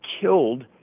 killed